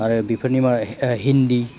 आरो बेफोरनि मादाव हिन्दी